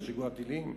לשיגור הטילים?